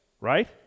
right